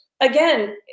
again